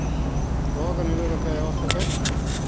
రోగ నిరోధక వ్యవస్థపై